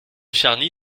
charny